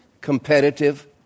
competitive